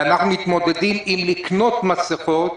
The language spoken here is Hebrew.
ואנחנו מתמודדים אם לקנות מסכות,